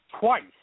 twice